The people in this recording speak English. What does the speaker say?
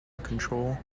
control